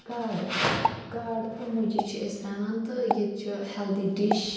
گاڈٕ گاڈٕ تہٕ مُجہِ چھِ أسۍ رَنان تہٕ یہِ تہِ چھِ ہٮ۪لدی ڈِش